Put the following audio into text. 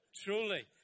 truly